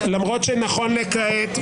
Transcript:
הרשימה שלך היא לפי קואליציה